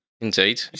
indeed